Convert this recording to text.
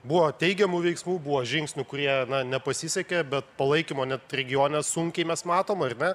buvo teigiamų veiksmų buvo žingsnių kurie nepasisekė bet palaikymo net regione sunkiai mes matom ar ne